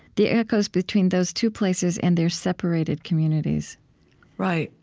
the echoes between those two places and their separated communities right.